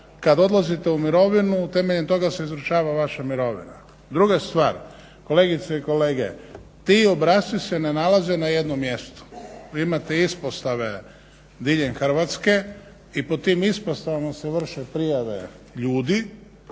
kad odlazite u mirovinu temeljem toga se izvršava vaša mirovina. Druga stvar, kolegice i kolege, ti obrasci se ne nalaze na jednom mjestu. Vi imate ispostave diljem Hrvatske i po tim ispostavama se vrše prijave ljudi